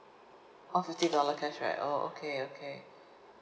oh fifty dollar cashback oh okay okay